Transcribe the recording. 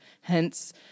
Hence